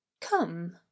come